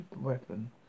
weapon